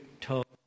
talk